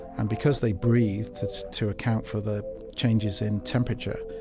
and because they breathe to to account for the changes in temperature,